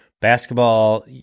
basketball